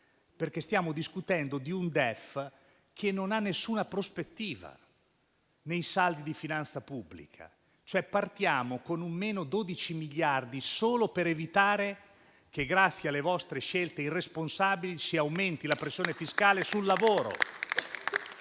meno. Stiamo discutendo di un DEF che non ha alcun prospettiva nei saldi di finanza pubblica. Partiamo con 12 miliardi in meno solo per evitare che, grazie alle vostre scelte irresponsabili, si aumenti la pressione fiscale sul lavoro.